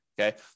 okay